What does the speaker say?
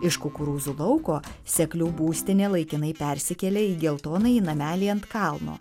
iš kukurūzų lauko seklių būstinė laikinai persikėlė į geltonąjį namelį ant kalno